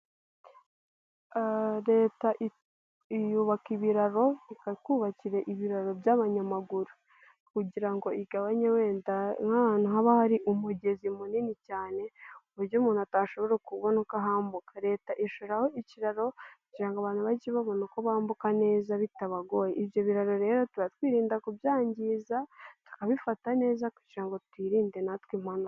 Leta yubaka ibiraro ikatwubakira ibiraro by'abanyamaguru kugira ngo igabanye wenda nk'ahantu haba hari umugezi munini cyane uburyo umuntu atashobora kubona uko ahambuka, leta ishyiraho ikiraro kugira ngo abantu bajye babona uko bambuka neza bitabagoye, ibyo biraro rero tuba twirinda kubyangiza tukabifata neza kugira ngo twirinde natwe impanuka.